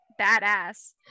badass